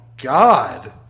God